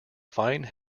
fine